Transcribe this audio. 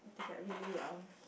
they get really um